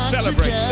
Celebrate